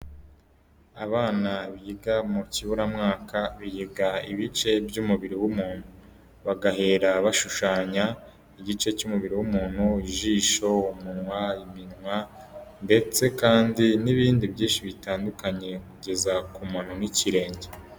Abana biga mu kiburamwaka, biga ibice by'umubiri w'umuntu, bagahera bashushanya igice cy'umubiri w'umuntu, ijisho, umunwa, iminwa ndetse kandi n'ibindi byinshi bitandukanye kugeza ku mano n'ikirenge.